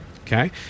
okay